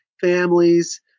families